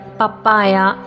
papaya